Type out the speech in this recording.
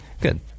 Good